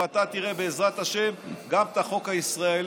ואתה תראה, בעזרת השם, שגם את החוק הישראלי,